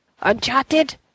Uncharted